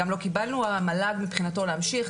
המל"ג, מבחינתו להמשיך.